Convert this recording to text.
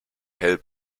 hell